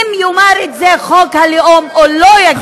אם יאמר את זה חוק הלאום או לא יגיד את זה,